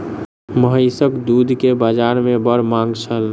महीसक दूध के बाजार में बड़ मांग छल